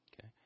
Okay